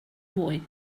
mwy